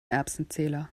erbsenzähler